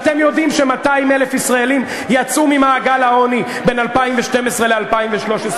אתם יודעים ש-200,000 ישראלים יצאו ממעגל העוני בין 2012 ל-2013,